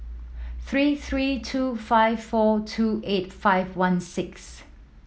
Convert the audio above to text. three three two five four two eight five one six